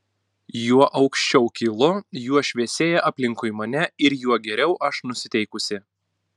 juo aukščiau kylu juo šviesėja aplinkui mane ir juo geriau aš nusiteikusi